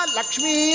Lakshmi